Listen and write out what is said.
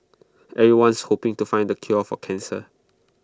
everyone's hoping to find the cure for cancer